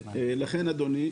אדוני,